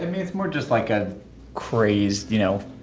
it's more just like a crazed, you know,